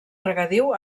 regadiu